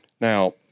now